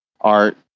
art